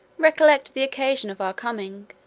recollected the occasion of our coming,